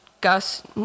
Gus